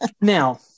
Now